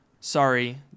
sorry